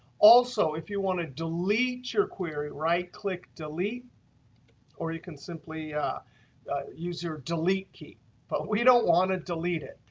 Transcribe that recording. also if you want to delete your query, right click delete or you can simply use your delete key. but we don't want to delete it.